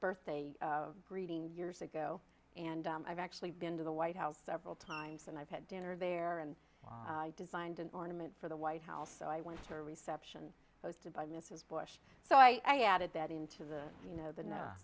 birthday greeting years ago and i've actually been to the white house several times and i've had dinner there and i designed an ornament for the white house so i went to a reception hosted by mrs bush so i added that into the you know the